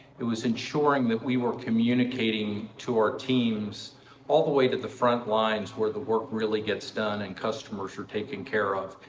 it was ensuring that we were communicating to our teams all the way to the front lines where the work really gets done and customers are taken care of.